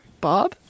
Bob